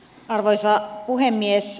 arvoisa puhemies